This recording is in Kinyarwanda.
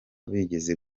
bize